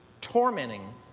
tormenting